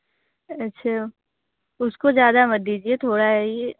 अच्छा उसको ज़्यादा मत दीजिए थोड़ा यही